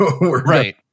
Right